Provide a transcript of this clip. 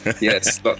yes